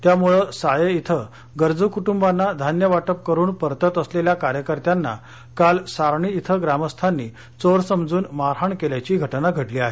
त्यामुळे साये इथं गरजू कुटुंबांना धान्य वाटप करून परतत असलेल्या कार्यकर्त्यांना काल सारणी इथं ग्रामस्थांनी चोर समजून मारहाण केल्याची घटना घडली आहे